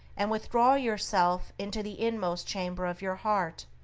and withdraw yourself into the inmost chamber of your heart,